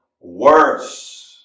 worse